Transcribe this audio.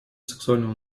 сексуального